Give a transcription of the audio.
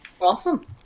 Awesome